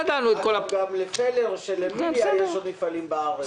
גם לעודד פלר בעלי אמיליה יש עוד מפעלים בארץ.